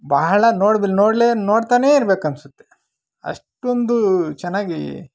ಬಹಳ ನೋಡ್ಬಿಲ್ ನೋಡಲೇ ನೋಡ್ತಾನೇ ಇರಬೇಕನ್ಸುತ್ತೆ ಅಷ್ಟೊಂದು ಚೆನ್ನಾಗಿ